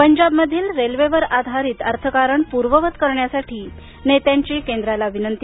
पंजाबमधील रेल्वेवर आधारित अर्थकारण पूर्ववत करण्यासाठी नेत्यांची केंद्राकडे विनंती